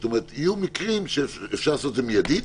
זאת אומרת, יהיו מקרים שאפשר לעשות זאת מיידית,